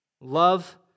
Love